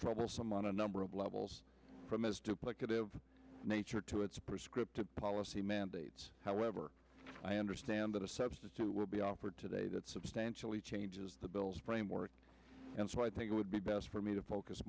troublesome on a number of levels from its duplicative nature to its prescriptive policy mandates however i understand that a substitute will be offered today that substantially changes the bill's framework and so i think it would be best for me to focus